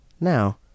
Now